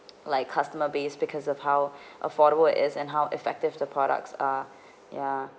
like customer base because of how affordable it is and how effective the products are ya